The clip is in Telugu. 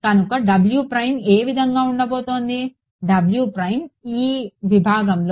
కనుక ఏ విధంగా ఉండబోతోంది w ప్రైమ్ ఈ విభాగంలో